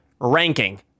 ranking